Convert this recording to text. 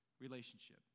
relationship